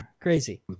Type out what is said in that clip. crazy